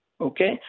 Okay